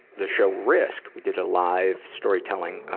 the show risk! we did a live storytelling, ah,